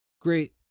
great